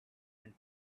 and